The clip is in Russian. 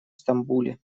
стамбуле